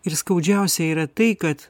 ir skaudžiausia yra tai kad